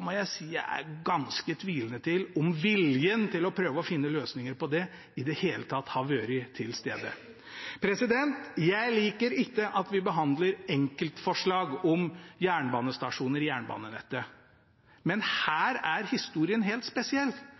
må jeg si jeg er ganske tvilende til om viljen til å prøve å finne løsninger på dette i det hele tatt har vært til stede. Jeg liker ikke at vi behandler enkeltforslag om jernbanestasjoner i jernbanenettet, men her er historien helt spesiell,